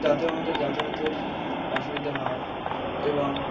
তাতেও আমাদের যাতায়াতের অসুবিধে হয় এবং